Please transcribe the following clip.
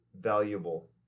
valuable